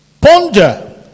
Ponder